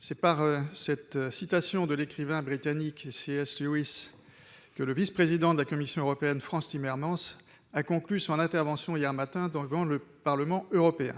C'est par cette citation de l'écrivain britannique C.S. Lewis que le vice-président de la Commission européenne Frans Timmermans a conclu hier matin son intervention devant le Parlement européen.